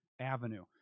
avenue